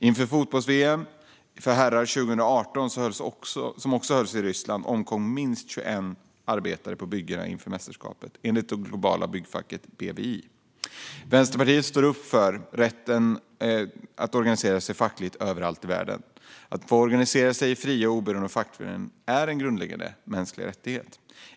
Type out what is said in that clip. Inför fotbolls-VM för herrar 2018, som också hölls i Ryssland, omkom minst 21 arbetare på byggen, enligt det globala byggfacket BWI. Vänsterpartiet står upp för rätten att organisera sig fackligt överallt i världen. Att få organisera sig i fria och oberoende fackföreningar är en grundläggande mänsklig rättighet.